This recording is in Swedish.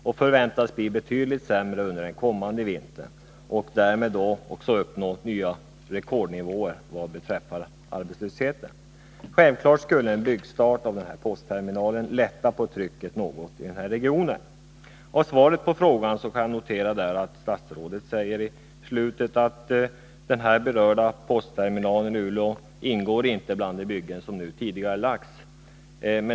Förhållandena väntas bli betydligt sämre under den kommande vintern, och därmed kommer man att uppnå nya rekordnivåer vad beträffar arbetslösheten. Självfallet skulle en byggstart av postterminalen något lätta på trycket i den här regionen. I slutet av svaret säger statsrådet att den här berörda postterminalen i Luleå inte ingår bland de byggen som tidigarelagts.